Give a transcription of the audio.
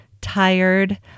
tired